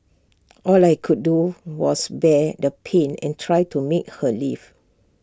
all I could do was bear the pain and try to make her leave